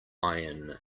iron